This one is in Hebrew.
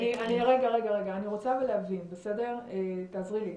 רגע, אני רוצה להבין, תעזרי לי.